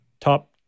top